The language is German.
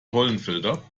pollenfilter